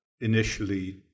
initially